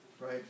right